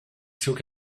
took